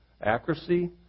Accuracy